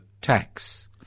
tax